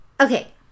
okay